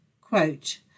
Quote